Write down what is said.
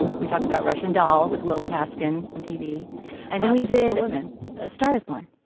we talked about russian doll with willa paskin on tv and now he did. woman a star is born.